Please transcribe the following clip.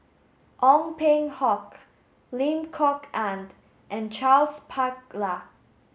Ong Peng Hock Lim Kok Ann and Charles Paglar